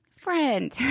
friend